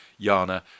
Yana